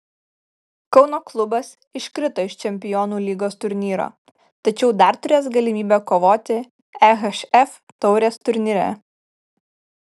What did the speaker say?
kauno klubas iškrito iš čempionų lygos turnyro tačiau dar turės galimybę kovoti ehf taurės turnyre